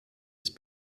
ist